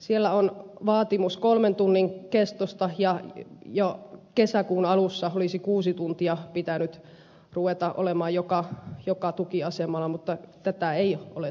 siellä on vaatimus kolmen tunnin kestosta ja jo kesäkuun alussa olisi kuusi tuntia pitänyt ruveta olemaan joka tukiasemalla mutta tätä ei ole tapahtunut